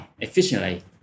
efficiently